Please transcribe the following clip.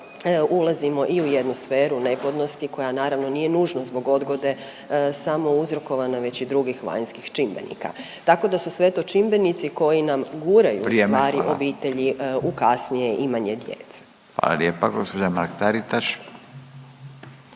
ulazimo i u jednu sferu neplodnosti koja naravno nije nužno zbog odgode samo uzrokovane već i drugih vanjskih čimbenika. Tako da su sve to čimbenici koji nam guraju ustvari … …/Upadica Furio Radin: Vrijeme, hvala./… … obitelji u kasnije